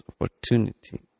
opportunity